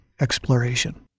exploration